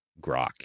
grok